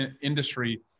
industry